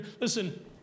Listen